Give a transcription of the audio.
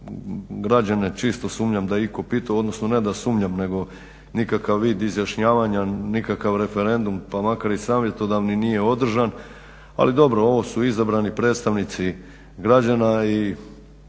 Građane čisto sumnjam da je itko pitao, odnosno ne da sumnjam, nego nikakav vid izjašnjavanja, nikakav referendum pa makar i savjetodavni nije održan. Ali dobro, ovo su izabrani predstavnici građana i